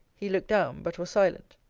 he looked down but was silent.